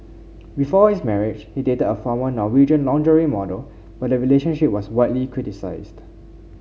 before his marriage he dated a former Norwegian lingerie model but the relationship was widely criticised